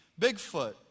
Bigfoot